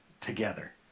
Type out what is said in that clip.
together